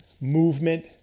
movement